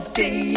day